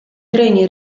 treni